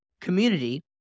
community